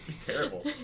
Terrible